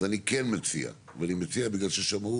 אז אני כן מציע ואני מציע בגלל ששמעו